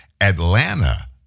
Atlanta